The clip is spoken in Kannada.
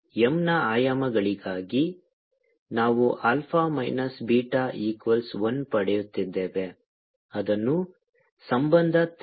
M ನ ಆಯಾಮಗಳಿಗಾಗಿ ನಾವು ಆಲ್ಫಾ ಮೈನಸ್ ಬೀಟಾ ಈಕ್ವಲ್ಸ್ 1 ಪಡೆಯುತ್ತಿದ್ದೇವೆ ಅದನ್ನು ಸಂಬಂಧ 3 ಎಂದು ಕರೆಯಿರಿ